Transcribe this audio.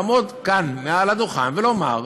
לעמוד כאן מעל הדוכן ולומר,